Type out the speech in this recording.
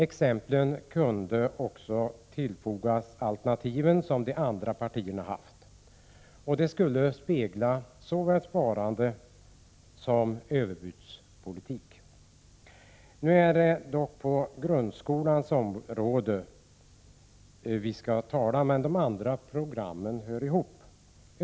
Exemplen kunde också tillfogas alternativen som de andra partierna haft. Det skulle spegla såväl sparande som överbudspolitik. Nu är det dock grundskolans område vi skall tala om, men andra program hör ihop med detta.